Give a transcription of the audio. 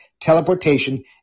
teleportation